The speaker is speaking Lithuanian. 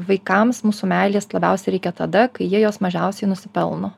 vaikams mūsų meilės labiausiai reikia tada kai jie jos mažiausiai nusipelno